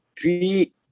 three